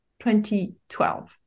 2012